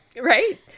Right